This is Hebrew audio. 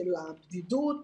בשל הבדידות,